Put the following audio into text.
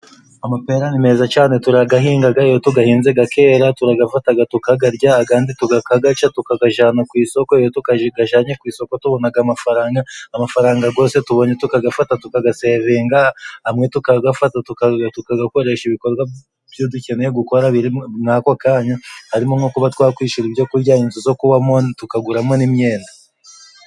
Amapera ni meza cane, turagahingaga, iyo tugahinze gakera turagafataga tukagarya, agandi tukagaca tukagajana ku isoko, iyo tukajanye ku isoko tubonaga amafaranga. Amafaranga gose tubonye tukagafata tukagasevinga, amwe tukagafata tukagakoresha ibikorwa byo dukeneye gukora mu ako kanya, harimo nko kuba twakwishura ibyo kurya, inzu zo kubamo, tukaguramo n'imyenda.